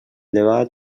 debat